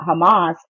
hamas